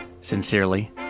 sincerely